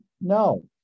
No